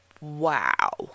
wow